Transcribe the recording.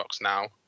now